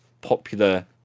popular